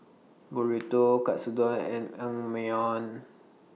Burrito Katsudon and Naengmyeon